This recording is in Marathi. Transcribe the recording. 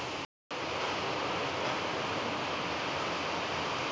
रेशीमच्या उत्पादनासाठी जास्त प्रमाणात पाण्याची गरज असता